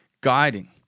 guiding